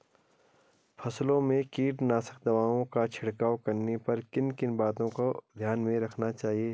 फसलों में कीटनाशक दवाओं का छिड़काव करने पर किन किन बातों को ध्यान में रखना चाहिए?